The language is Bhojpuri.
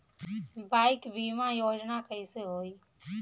बाईक बीमा योजना कैसे होई?